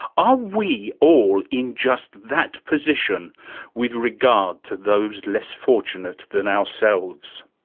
are we all in just that position with regard to those less fortunate than ourselves?